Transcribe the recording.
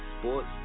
Sports